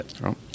Right